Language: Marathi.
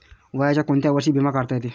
वयाच्या कोंत्या वर्षी बिमा काढता येते?